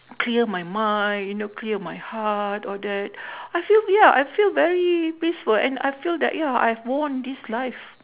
clear my mind clear my heart all that I feel ya I feel very peaceful and I feel that ya I've won this life